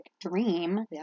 dream